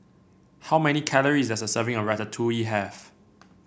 how many calories does a serving of Ratatouille have